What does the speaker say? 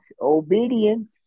Obedience